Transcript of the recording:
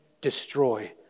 destroy